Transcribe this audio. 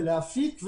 להפיק,